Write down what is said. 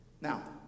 Now